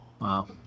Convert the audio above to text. Wow